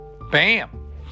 bam